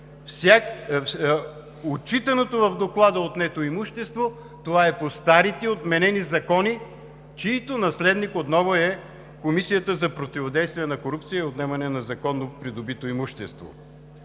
Отчитаното в Доклада отнето имущество е по старите и отменени закони, чийто наследник отново е Комисията за противодействие на корупция и отнемане на незаконно придобито имущество.